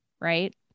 right